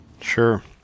Sure